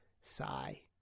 Sigh